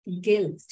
guilt